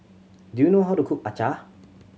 do you know how to cook acar